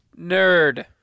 nerd